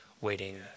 waiting